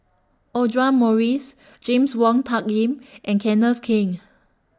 Audra Morrice James Wong Tuck Yim and Kenneth Keng